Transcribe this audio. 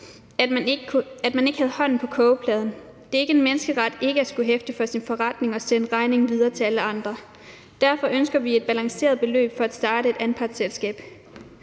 at man ikke havde hånden på kogepladen. Det er ikke en menneskeret ikke at skulle hæfte for sin forretning og at kunne sende regningen videre til alle andre. Derfor ønsker vi et balanceret beløb for at starte et anpartsselskab.